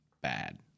bad